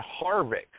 Harvick